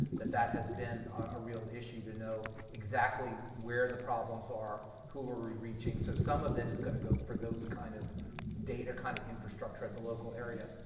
that that has been a real issue to know exactly where the problems are, who are we reaching, so some of that is going to go for those kind of data kind of infrastructure at the local area.